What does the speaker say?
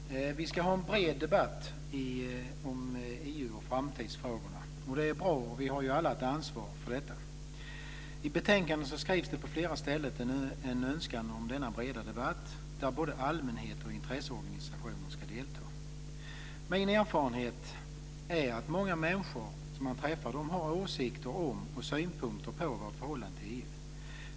Herr talman! Vi ska ha en bred debatt om EU och framtidsfrågorna. Det är bra, och vi har ju alla ett ansvar för detta. I betänkandet uttrycks det på flera ställen en önskan om en sådan bred debatt där både allmänhet och intresseorganisationer ska delta. Min erfarenhet är att många människor som man träffar har åsikter om och synpunkter på vårt förhållande till EU.